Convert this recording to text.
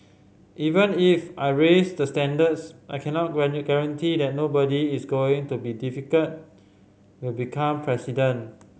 even if I raise the standards I cannot guarantee that nobody is going to be difficult will become president